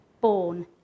born